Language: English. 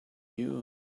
you